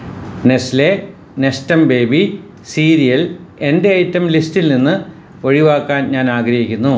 Nestle Nestum baby cereal എന്റെ item ലിസ്റ്റിൽ നിന്ന് ഒഴിവാക്കാൻ ഞാൻ ആഗ്രഹിക്കുന്നു